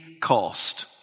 cost